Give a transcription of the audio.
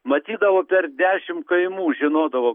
matydavo per dešim kaimų žinodavo